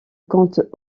compte